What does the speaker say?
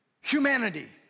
humanity